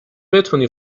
بتونی